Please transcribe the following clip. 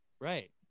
right